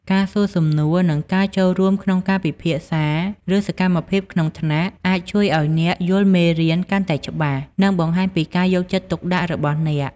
ការសួរសំណួរ និងការចូលរួមក្នុងការពិភាក្សា ឬសកម្មភាពក្នុងថ្នាក់ អាចជួយឱ្យអ្នកយល់មេរៀនកាន់តែច្បាស់ និងបង្ហាញពីការយកចិត្តទុកដាក់របស់អ្នក។